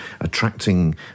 attracting